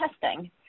testing